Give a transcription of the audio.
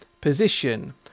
position